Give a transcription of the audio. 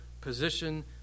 position